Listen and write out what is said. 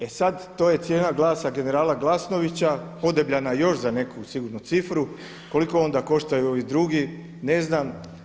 E sada to je cijena glasa generala Glasnovića podebljana još za neku sigurno cifru, koliko onda koštaju ovi drugi, ne znam.